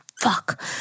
Fuck